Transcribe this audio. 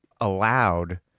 allowed